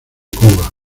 cuba